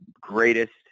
greatest